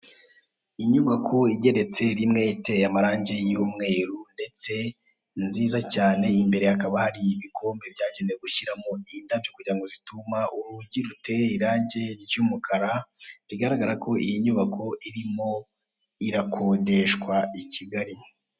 Inyubako igeretse rimwe iteye amarange y'umweru ndetse nziza cyane imbere hakaba hari ibikombe byagenewe gushyiramo indabyo ku girango zituma, urugi ruteye irange ry'umukara bigaragara ko iyi nyubako irimo irakodeshwa i Kigali.